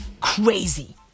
crazy